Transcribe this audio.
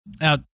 Now